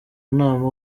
nama